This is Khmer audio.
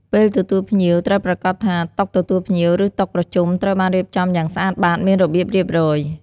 ពេលទទួលភ្ញៀវ ត្រូវប្រាកដថា តុទទួលភ្ញៀវ ឬតុប្រជុំត្រូវបានរៀបចំយ៉ាងស្អាតបាត មានរបៀបរៀបរយ។